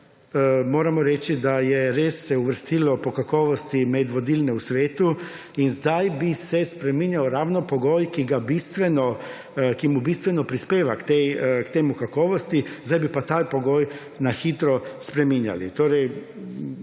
moramo reči, da se je res uvrstilo po kakovosti med vodilne v svetu in zdaj bi se spreminjal ravno pogoj, ki mu bistveno prispeva k tej kakovosti, zdaj bi pa ta pogoj na hitro spreminjali.